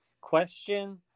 question